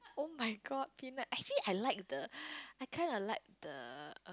oh-my-god actually I like the I kind of like the